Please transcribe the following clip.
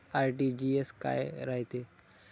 RTGS काय रायते?